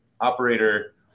operator